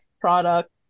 product